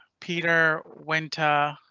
peter wynta